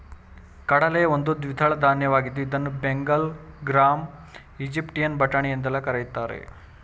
ಕಡಲೆ ಒಂದು ದ್ವಿದಳ ಧಾನ್ಯವಾಗಿದ್ದು ಇದನ್ನು ಬೆಂಗಲ್ ಗ್ರಾಂ, ಈಜಿಪ್ಟಿಯನ್ ಬಟಾಣಿ ಎಂದೆಲ್ಲಾ ಕರಿತಾರೆ